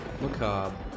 macabre